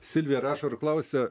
silvija rašo ir klausia